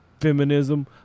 feminism